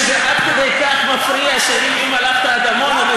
זה עד כדי כך לא נוח שהלכנו עד עמונה,